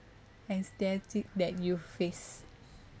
and status that you face